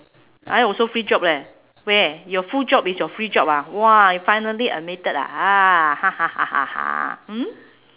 I also free job leh where your full job is your free job ah !wah! finally admitted ah ah mm